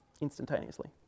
instantaneously